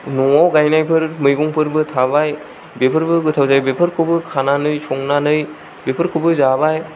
न'आव गायनायफोर मैंगंफोरबो थाबाय बेफोरबो गोथाव जायो बेफोरखौबो खानानै संनानै बेफोरखौबो जाबाय